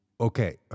Okay